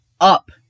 up